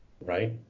Right